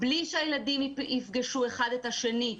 בלי שהילדים יפגשו אחד את השני,